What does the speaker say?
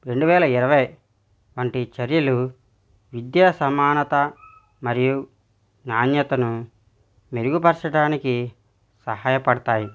రెండు వేల ఇరవై వంటి చర్యలు విద్యా సమానత మరియు నాణ్యతను మెరుగుపరచడానికి సహాయపడతాయి